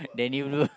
Danny